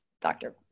doctor